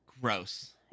gross